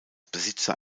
besitzer